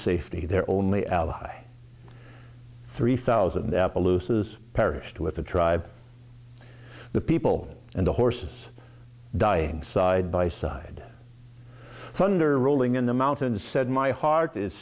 safety their only ally three thousand appaloosas perished with the tribe the people and the horses die side by side thunder rolling in the mountains said my heart is